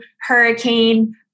hurricane